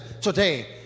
today